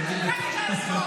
תשאל אותה.